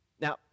Now